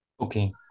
Okay